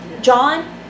John